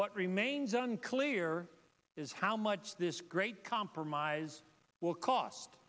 what remains unclear is how much this great compromise will cost